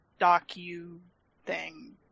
docu-thing